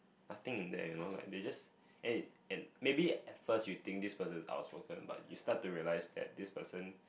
nothing in there you know like they just eh and maybe at first you think this person is outspoken but you start to realize that this person